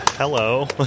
Hello